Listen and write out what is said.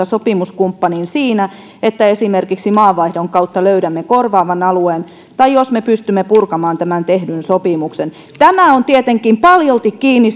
sopimuskumppanin siinä että esimerkiksi maavaihdon kautta löydämme korvaavan alueen tai jos me pystymme purkamaan tämän tehdyn sopimuksen tämä on tietenkin paljolti kiinni